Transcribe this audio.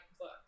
book